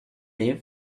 you